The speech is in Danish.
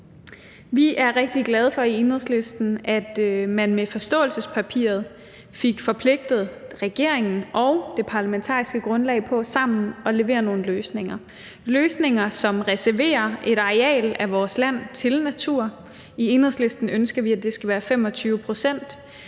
rigtig glade for, at man med forståelsespapiret fik forpligtet regeringen og det parlamentariske grundlag til sammen at levere nogle løsninger, bl.a. at der skal reserveres et areal af vores land til urørt skov – i Enhedslisten ønsker vi, at det skal være 25 pct.